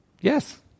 Yes